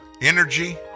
Energy